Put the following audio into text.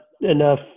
enough –